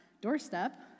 doorstep